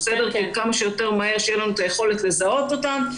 כמה שיותר מהר שתהיה לנו יכולת לזהות אותם,